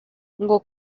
ngo